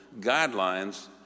guidelines